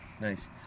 nice